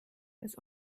das